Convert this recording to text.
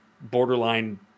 borderline